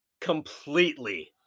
completely